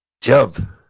Jump